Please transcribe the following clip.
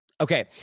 Okay